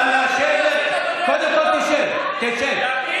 קודם כול שב, תשב.